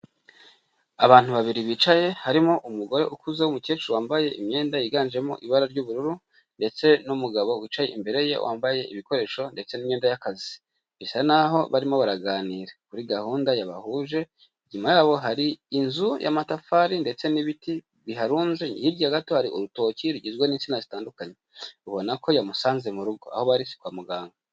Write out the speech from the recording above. Abantu babiri bicaye harimo umugore ukuze w'umukecuru wambaye imyenda yiganjemo ibara ry'ubururu, ndetse n'umugabo wicaye imbere ye wambaye ibikoresho ndetse n'imyenda y'akazi, bisa naho barimo baraganira kuri gahunda yabahuje, inyuma yabo hari inzu y'amatafari ndetse n'ibiti biharunze, hirya gato hari urutoki rugizwe n'insina zitandukanye, ubona ko yamusanze mu rugo aho bari si kwa muganga.